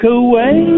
away